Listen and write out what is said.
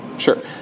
Sure